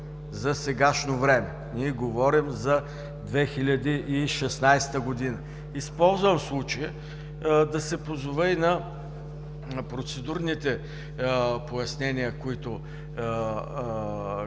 за сегашно време, ние говорим за 2016 г. Използвам случая да се позова и на процедурните пояснения, които колегата